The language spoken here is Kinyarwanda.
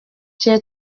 cye